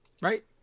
Right